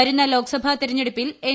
വരുന്ന ലോക്സഭ തെരഞ്ഞെടുപ്പിൽ എൻ